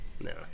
No